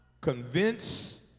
convince